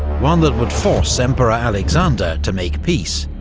one that would force emperor alexander to make peace,